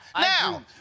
now